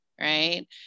right